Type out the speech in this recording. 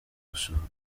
gusohora